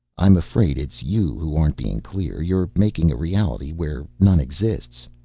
i'm afraid it's you who aren't being clear. you're making a reality where none exists.